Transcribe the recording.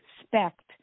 expect